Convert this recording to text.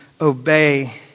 obey